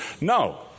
No